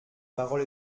parole